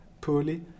poorly